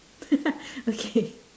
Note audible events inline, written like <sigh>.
<laughs> okay